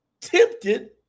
tempted